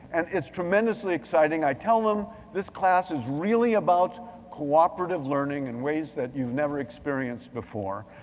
and it's tremendously exciting, i tell them this class is really about cooperative learning in ways that you've never experienced before.